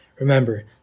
Remember